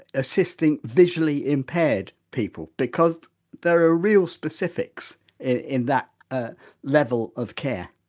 assisting visually impaired people, because there are real specifics in in that ah level of care?